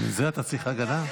מזה אתה צריך הגנה?